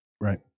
Right